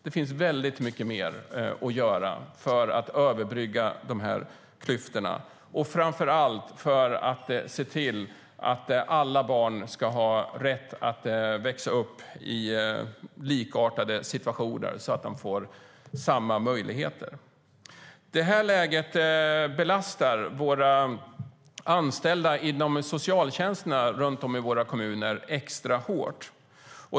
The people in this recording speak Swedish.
Det finns väldigt mycket mer att göra, Maria Larsson, för att överbrygga klyftorna och framför allt för att se till att alla barn ska ha rätt att växa upp i likartade situationer så att de får samma möjligheter. Läget belastar våra anställda inom socialtjänsterna runt om i våra kommuner extra hårt.